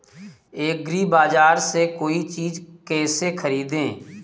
एग्रीबाजार से कोई चीज केसे खरीदें?